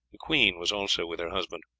the queen was also with her husband.